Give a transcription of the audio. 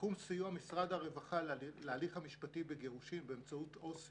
תחום סיוע משרד הרווחה להליך המשפטי בגירושין באמצעות עובדת